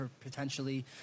potentially